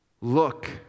look